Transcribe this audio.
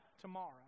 tomorrow